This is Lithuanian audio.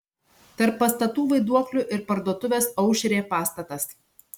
tarp pastatų vaiduoklių ir parduotuvės aušrė pastatas